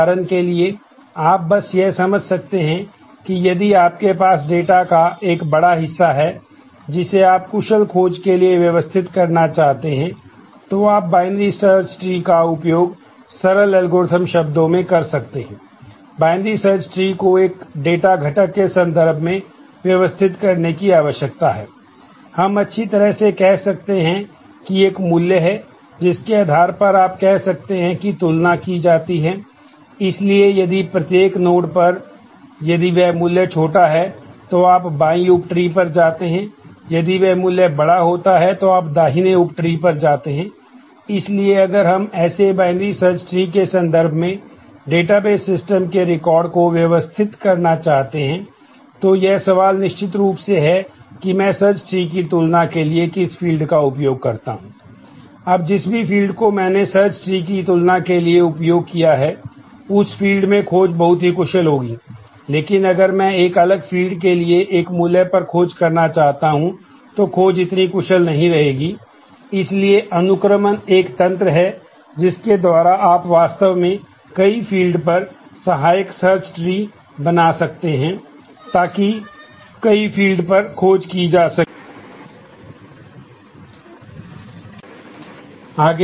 अब जिस भी फील्ड पर खोज की जा सके उसे कुशल बनाया जा सके और हम इस बारे में बाद में बात करेंगे जब वह विशेष मॉड्यूल सामने आएगा लेकिन भंडारण प्रबंधन को ऐसे मुद्दों से निपटना होगा